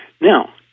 Now